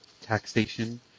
taxation